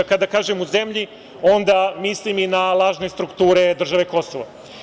Kada kažem u zemlji, onda mislim i na lažne strukture države Kosovo.